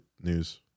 news